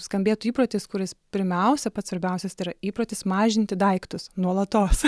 skambėtų įprotis kuris pirmiausia pats svarbiausias tai yra įprotis mažinti daiktus nuolatos